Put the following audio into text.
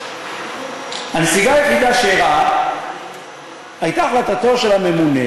הנסיגה היחידה שאירעה הייתה החלטתו של הממונה